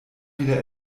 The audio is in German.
wieder